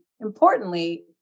importantly